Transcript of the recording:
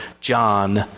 John